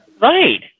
Right